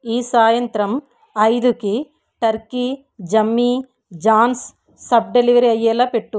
ఈ సాయంత్రం ఐదుకి turkey Jimmy John's sub delivery అయ్యేలా పెట్టు